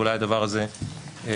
ואולי הדבר הזה יתייתר,